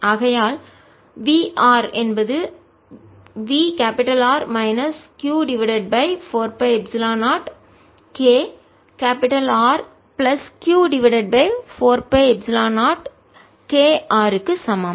ஆகையால் v என்பது V minus q divided by 4 pi epsilon 0 k R plus q divided by 4 pi epsilon 0 k r க்கு சமம்